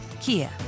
Kia